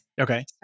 Okay